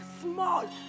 small